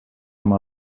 amb